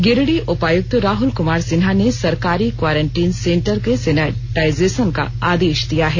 गिरिडीह उपायुक्त राहुल कुमार सिन्हा ने सरकारी कवारेन्टीन सेंटर के सेनेटाइजेशन का आदेश दिया है